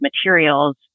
materials